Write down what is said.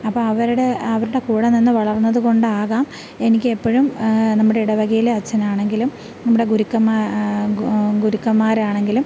അപ്പം അവരുടെ അവരുടെ കൂടെനിന്ന് വളർന്നത് കൊണ്ടാകാം എനിക്ക് എപ്പോഴും നമ്മുടെ ഇടവകയിലെ അച്ഛനാണെങ്കിലും നമ്മുടെ ഗുരുക്കന്മാർ ഗുരുക്കന്മാരാണെങ്കിലും